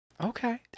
Okay